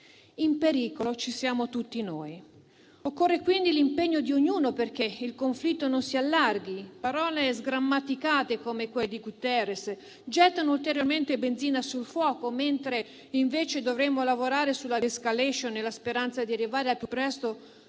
In pericolo ci siamo tutti noi. Occorre quindi l'impegno di ognuno perché il conflitto non si allarghi. Parole sgrammaticate, come quelle di Guterres, gettano ulteriore benzina sul fuoco, mentre dovremmo lavorare sulla *de-escalation* nella speranza di arrivare al più presto